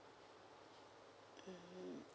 mm